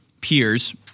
peers